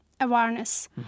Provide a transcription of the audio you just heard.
awareness